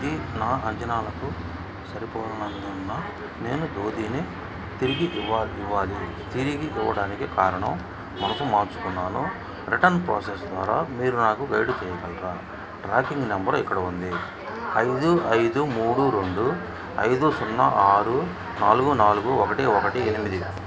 ఇది నా అంచనాలకు సరిపోనందున నేను ధోతిని తిరిగి ఇవ్వా ఇవ్వాలి తిరిగి పోవడానికి కారణం మనసు మార్చుకున్నాను రిటర్న్ ప్రోసెస్ ద్వారా మీరు నాకు గైడు చేయగలరా ట్రాకింగ్ నంబర్ ఇక్కడ ఉంది ఐదు ఐదు మూడు రెండు ఐదు సున్నా ఆరు నాలుగు నాలుగు ఒకటి ఒకటి ఎనిమిది